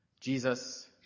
Jesus